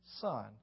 son